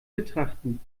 betrachten